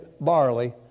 barley